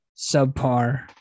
subpar